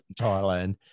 Thailand